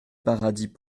paradis